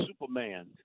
Superman